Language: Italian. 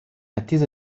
attesa